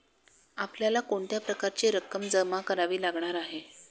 आपल्याला कोणत्या प्रकारची रक्कम जमा करावी लागणार आहे?